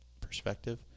perspective